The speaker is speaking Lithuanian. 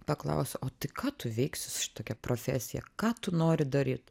paklausė o ką tu veiksi su šitokia profesija ką tu nori daryt